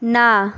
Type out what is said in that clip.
না